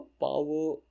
power